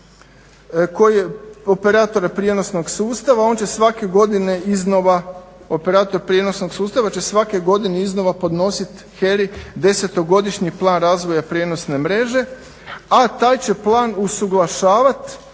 iznova operator prijenosnog sustava će svake godine iznova podnositi HERA-i 10-godišnji plan razvoja prijenosne mreže, a taj će plan usuglašavati